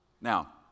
Now